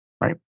right